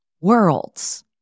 worlds